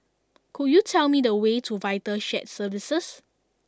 could you tell me the way to Vital Shared Services